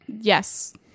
yes